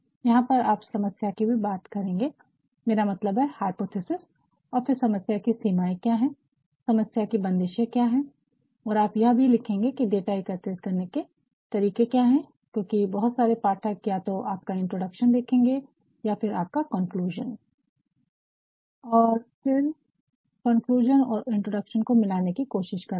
यहां पर आप समस्या की भी बात करेंगे मेरा मतलब है हाइपोथेसिस और फिर समस्या की सीमाएं क्या है समस्या की बंदिशें क्या है आप यह भी लिखेंगे की डाटा एकत्रित करने के तरीके क्या है क्योंकि बहुत सारे पाठक या तो आपका इंट्रोडक्शन देखेंगे और या फिर आपका कंक्लुजन conclusion और फिर वो कंक्लुजन और इंट्रोडक्शन को मिलाने की कोशिश करेंगे